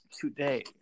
today